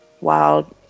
wild